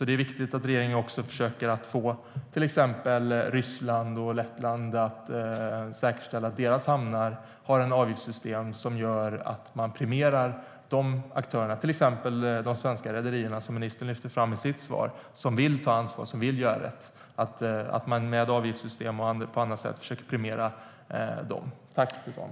Det är viktigt att regeringen försöker få till exempel Ryssland och Lettland att säkerställa att deras hamnar genom avgiftssystem och på annat sätt premierar de aktörer som vill ta ansvar och göra rätt, till exempel de svenska rederier som ministern lyfte fram i sitt svar.